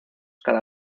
cada